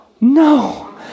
No